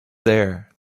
there